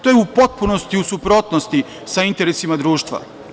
To je u potpunosti u suprotnosti sa interesima društva.